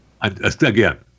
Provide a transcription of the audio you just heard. Again